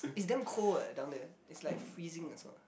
it's damn cold leh down there it's like freezing as well